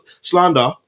slander